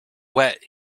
wet